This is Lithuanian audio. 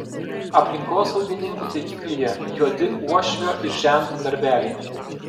aplinkosaugininkų taikiklyje juodi uošvio ir žento darbeliai